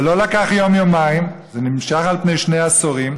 זה לא לקח יום-יומיים, זה נמשך על פני שני עשורים.